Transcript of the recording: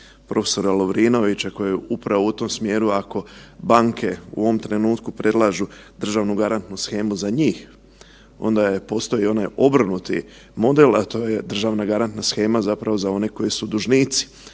prof. Lovrinovića koji je upravo u tom smjeru, ako banke u ovom trenutku predlažu državnu garantnu shemu za njih, onda je, postoji onaj obrnuti model, a to je državna garantna shema zapravo za one koji su dužnici.